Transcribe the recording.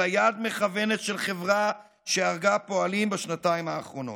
אלא יד מכוונת של חברה שהרגה פועלים בשנתיים האחרונות,